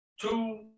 two